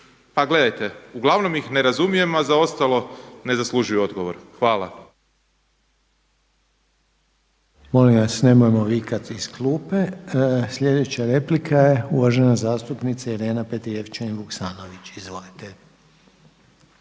pa gledajte, uglavnom ih ne razumijem i ne zaslužuju odgovor.